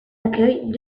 accueille